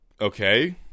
Okay